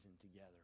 together